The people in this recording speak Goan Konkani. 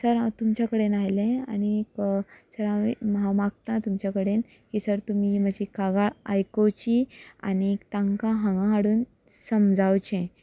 देखून सर हांव तुमचे कडेन आयलें आनी सर हांव मागतां तुमचे कडेन सर तुमी मातशी कागाळ आयकुची आनी तांकां हांगा हाडून समजावचें